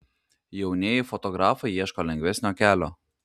jaunieji fotografai ieško lengvesnio kelio